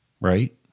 right